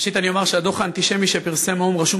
ראשית אני אומר שהדוח האנטישמי שפרסם האו"ם רשום